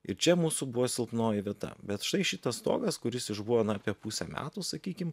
ir čia mūsų buvo silpnoji vieta bet štai šitas stogas kuris išbuvo na apie pusę metų sakykim